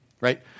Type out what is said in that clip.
right